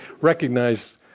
recognize